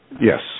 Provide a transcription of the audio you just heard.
Yes